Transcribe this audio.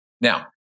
Now